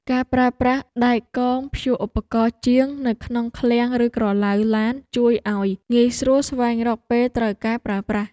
ការប្រើប្រាស់ដែកកងព្យួរឧបករណ៍ជាងនៅក្នុងឃ្លាំងឬក្រឡៅឡានជួយឱ្យងាយស្រួលស្វែងរកពេលត្រូវការប្រើប្រាស់។